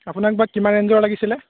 আপোনাক বা কিমান ৰেঞ্জৰ লাগিছিলে